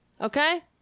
okay